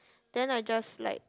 then I just like